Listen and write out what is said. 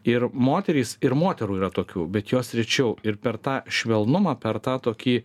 ir moterys ir moterų yra tokių bet jos rečiau ir per tą švelnumą per tą tokį